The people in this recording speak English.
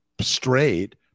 straight